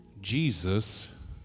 Jesus